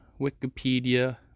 Wikipedia